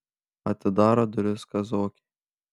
atidaro duris kazokė